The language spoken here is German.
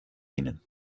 ihnen